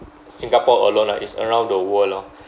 singapore alone lah it's around the world lor